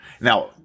Now